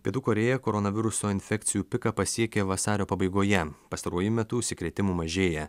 pietų korėja koronaviruso infekcijų piką pasiekė vasario pabaigoje pastaruoju metu užsikrėtimų mažėja